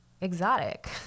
exotic